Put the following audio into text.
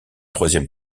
troisième